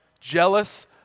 jealous